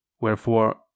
Wherefore